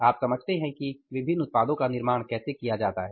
आप समझते हैं कि विभिन्न उत्पादों का निर्माण कैसे किया जाता है